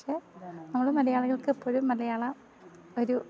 പക്ഷെ നമ്മൾ മലയാളികൾക്ക് എപ്പോഴും മലയാളം ഒരു